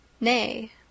nay